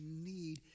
need